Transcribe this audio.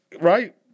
Right